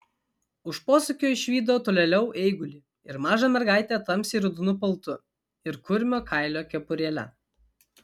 už posūkio išvydo tolėliau eigulį ir mažą mergaitę tamsiai raudonu paltu ir kurmio kailio kepurėle